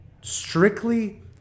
strictly